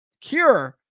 Cure